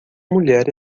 mulher